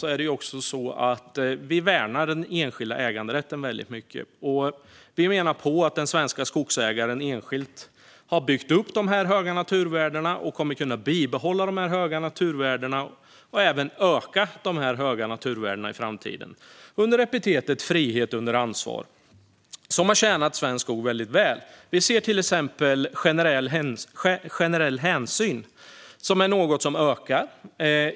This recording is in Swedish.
Vi i Moderaterna värnar den enskilda äganderätten väldigt mycket. Vi menar att den svenska skogsägaren enskilt har byggt upp de här höga naturvärdena och kommer att kunna bibehålla dem och även öka dem i framtiden under epitetet frihet under ansvar som har tjänat svensk skog väldigt väl. Vi ser till exempel att generell hänsyn är något som ökar.